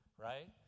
right